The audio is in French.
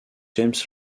james